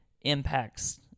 impacts